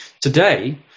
Today